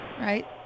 right